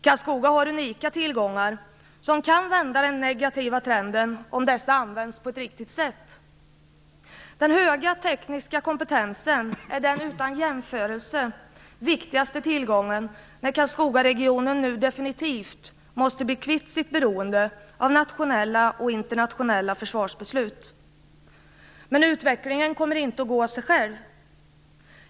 Karlskoga har unika tillgångar som kan vända den negativa trenden, om tillgångarna används på ett riktigt sätt. Den höga tekniska kompetensen är den utan jämförelse viktigaste tillgången när Karlskogaregionen nu definitivt måste bli kvitt sitt beroende av nationella och internationella försvarsbeslut. Utvecklingen kommer dock inte att gå av sig själv.